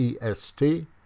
EST